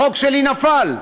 החוק שלי נפל.